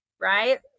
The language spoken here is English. right